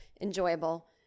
enjoyable